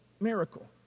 miracle